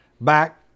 back